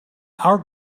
our